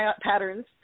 patterns